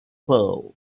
pearl